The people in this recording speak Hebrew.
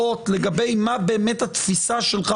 אני לא ביקשתי שלא תהיה הצבעה.